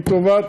היא טובה,